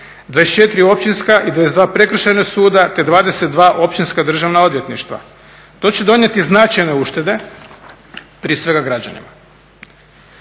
24 općinska i 22 prekršajna suda te 22 općinska državna odvjetništva. To će donijeti značajne uštede, prije svega građanima.